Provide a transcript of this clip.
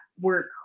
work